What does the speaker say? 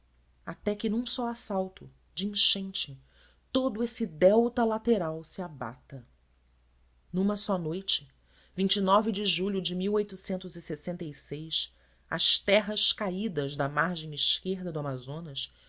até que num só assalto de enchente todo esse delta lateral se abata numa só noite de julho de as terras caídas da margem esquerda do amazonas